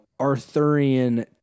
Arthurian